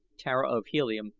tara of helium.